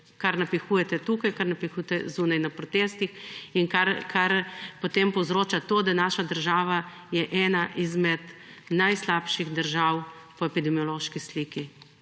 kar napihujete tukaj, kar napihujete zunaj na protestih in kar, potem povzroča to, da naša država je ena izmed najslabših držav po epidemiološki sliki.